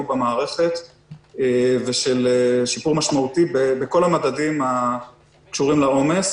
במערכת ושל שיפור משמעותי בכל המדדים הקשורים לעומס.